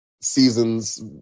seasons